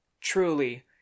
Truly